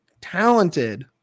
talented